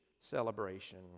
celebration